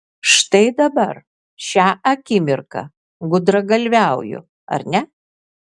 štai dabar šią akimirką gudragalviauju ar ne